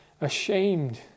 ashamed